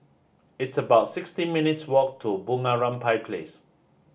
it's about sixty minutes' walk to Bunga Rampai Place